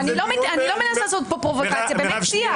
אני לא מנסה לעשות פה פרובוקציה, באמת שיח.